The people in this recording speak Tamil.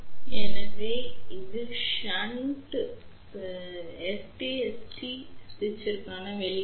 எனவே இது ஷன்ட் SPST சுவிட்சிற்கான வெளிப்பாடு